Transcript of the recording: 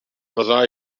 bydda